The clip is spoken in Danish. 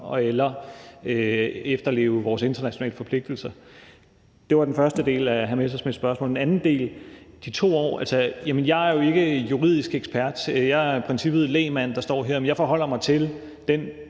eller efterleve vores internationale forpligtelser. Det var den første del af hr. Morten Messerschmidts spørgsmål. Til den anden del om de 2 år vil jeg sige: Jeg er jo ikke juridisk ekspert. Jeg er i princippet en lægmand, der står her, men jeg forholder mig til den